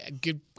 good